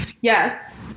Yes